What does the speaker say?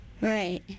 Right